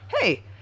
hey